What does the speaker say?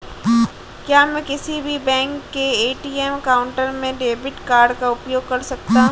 क्या मैं किसी भी बैंक के ए.टी.एम काउंटर में डेबिट कार्ड का उपयोग कर सकता हूं?